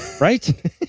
Right